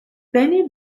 benny